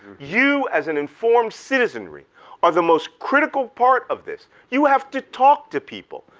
you as an informed citizenry are the most critical part of this. you have to talk to people.